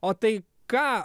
o tai ką